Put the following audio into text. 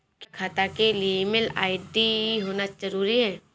क्या खाता के लिए ईमेल आई.डी होना जरूरी है?